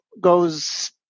goes